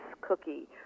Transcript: cookie